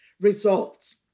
results